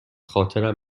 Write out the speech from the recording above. خاطرم